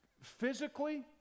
physically